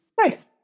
Nice